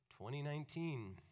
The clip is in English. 2019